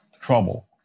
trouble